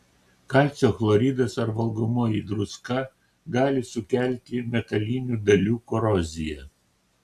kalcio chloridas ar valgomoji druska gali sukelti metalinių dalių koroziją